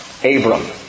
Abram